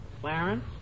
Clarence